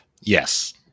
Yes